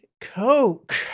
Coke